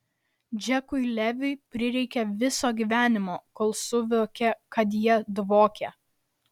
džekui leviui prireikė viso gyvenimo kol suvokė kad jie dvokia